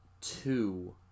two